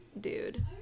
Dude